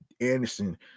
Anderson